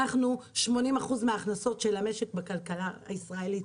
80% מההכנסות של המשק בכלכלה הישראלית.